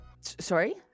sorry